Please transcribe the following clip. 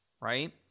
right